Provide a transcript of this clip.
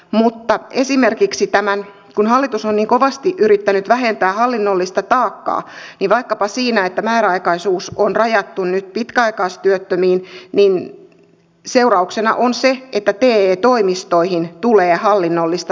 mutta esimerkiksi kun hallitus on niin kovasti yrittänyt vähentää hallinnollista taakkaa niin vaikkapa siinä että määräaikaisuus on rajattu nyt pitkäaikaistyöttömiin seurauksena on se että te toimistoihin tulee hallinnollista taakkaa